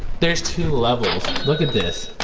there's two levels. look at this